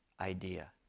idea